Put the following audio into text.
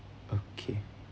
okay